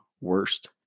worst